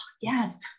yes